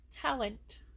talent